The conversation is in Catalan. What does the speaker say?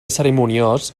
cerimoniós